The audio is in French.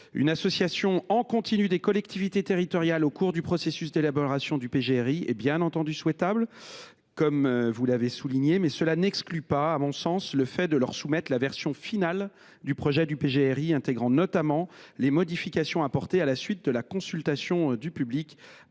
Une association en continu des collectivités territoriales au cours du processus d’élaboration du PGRI est bien entendu souhaitable, comme vous l’avez souligné, mais cela n’exclut pas, à mon sens, que leur soit soumise la version finale du projet de PGRI, intégrant notamment les modifications apportées à la suite de la consultation du public.